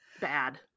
Bad